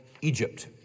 Egypt